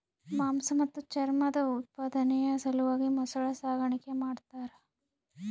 ಮಾಂಸ ಮತ್ತು ಚರ್ಮದ ಉತ್ಪಾದನೆಯ ಸಲುವಾಗಿ ಮೊಸಳೆ ಸಾಗಾಣಿಕೆ ಮಾಡ್ತಾರ